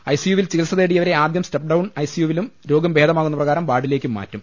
I C യുവിൽ ചികിത്സ തേടിയവരെ ആദ്യം step down I C U വിലും രോഗം ഭേദമാകുന്ന പ്രകാരം വാർഡി ലേക്കും മാറ്റും